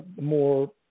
more